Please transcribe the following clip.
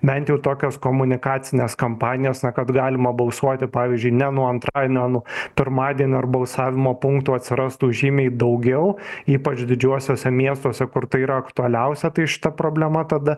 bent jau tokios komunikacinės kampanijos na kad galima balsuoti pavyzdžiui ne nuo antradienio nuo pirmadienio ir balsavimo punktų atsirastų žymiai daugiau ypač didžiuosiuose miestuose kur tai yra aktualiausia tai šita problema tada